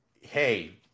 hey